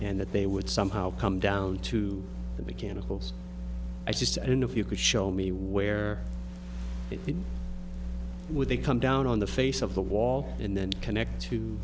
and that they would somehow come down to the mechanicals i just i don't know if you could show me where it would they come down on the face of the wall and then connect to